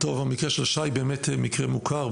המקרה של שי הוא מקרה מוכר.